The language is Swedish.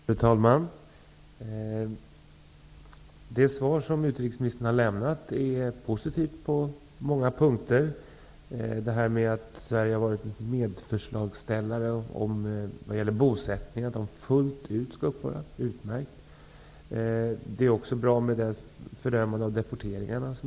Fru talman! Det svar som utrikesministern har lämnat är positivt på många punkter. Att Sverige har varit medförslagsställare när det gäller att bosättningarna skall upphöra fullt ut är utmärkt.